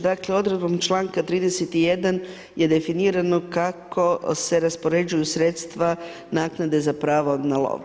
Dakle odredbom članka 31. je definirano kako se raspoređuju sredstva naknade za prava na lov.